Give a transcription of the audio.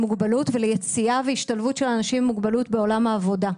מוגבלות וליציאה והשתלבות של אנשים עם מוגבלות בעולם העבודה.